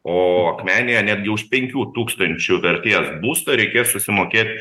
o akmenėje netgi už penkių tūkstančių vertės būstą reikės susimokėt